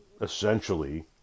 essentially